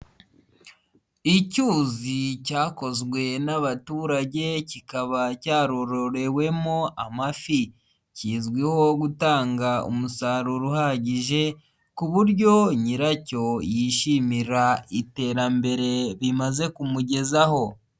Icyuzi cyakozwe n'abaturage, kikaba cyarororewemo amafi. Kizwiho gutanga umusaruro uhagije ku buryo nyiracyo yishimira iterambere bimaze kumugezaho.